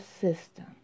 system